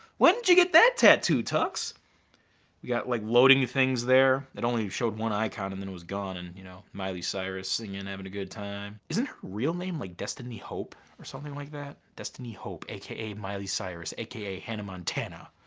when did you get that tattoo, tux? we got like loading things there. it only showed one icon and then it was gone and you know miley cyrus singing, having a good time. isn't her real name like destiny hope or something like that? destiny hope aka miley cyrus aka hannah montana.